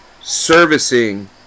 servicing